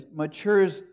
matures